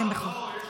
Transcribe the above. אתם --- לא, לא.